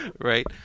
Right